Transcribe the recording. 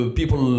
people